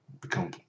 become